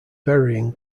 burying